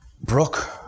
Brooke